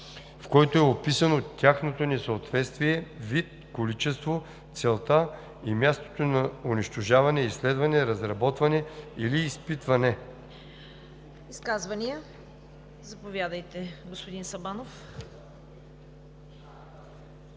в който е описано тяхното несъответствие, вид, количество, целта и мястото на унищожаване, изследване, разработване или изпитване“.“